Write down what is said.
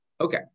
okay